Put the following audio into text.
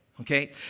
Okay